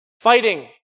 Fighting